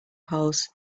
polls